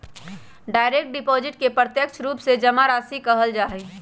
direct deposit के प्रत्यक्ष रूप से जमा राशि कहल जा हई